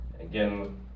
Again